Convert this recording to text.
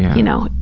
you know.